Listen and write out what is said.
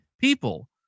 people